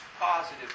positive